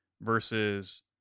versus